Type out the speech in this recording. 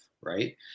right